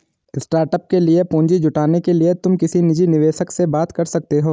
startup के लिए पूंजी जुटाने के लिए तुम किसी निजी निवेशक से बात कर सकते हो